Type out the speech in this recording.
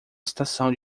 estação